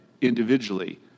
individually